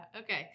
Okay